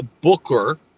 Booker